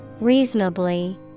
Reasonably